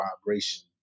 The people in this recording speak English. vibration